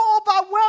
overwhelmed